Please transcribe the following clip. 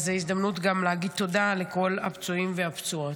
אז זו הזדמנות גם להגיד תודה לכל הפצועים והפצועות.